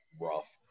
rough